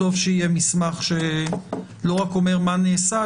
טוב שיהיה מסמך שלא רק אומר מה נעשה,